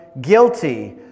guilty